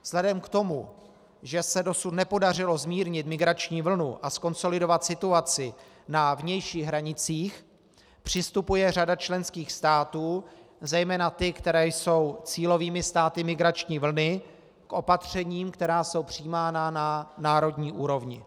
Vzhledem k tomu, že se dosud nepodařilo zmírnit migrační vlnu a zkonsolidovat situaci na vnějších hranicích, přistupuje řada členských států, zejména ty, které jsou cílovými státy migrační vlny, k opatřením, která jsou přijímána na národní úrovni.